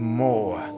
more